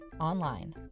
online